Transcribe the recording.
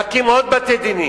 להקים עוד בתי-דין.